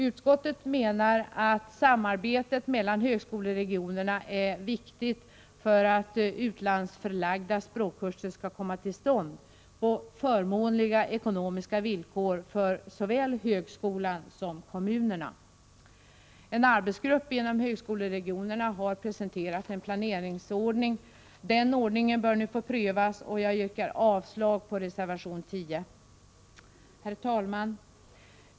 Utskottet menar att samarbetet mellan högskoleregionerna är viktigt för att utlandsförlagda språkkurser skall komma till stånd på förmånliga ekonomiska villkor för såväl högskolan som kommunerna. En arbetsgrupp inom högskoleregionerna har presenterat en planeringsordning. Den ordningen bör nu få prövas, och jag yrkar avslag på reservation 10. Herr talman!